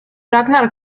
ragnar